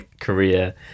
career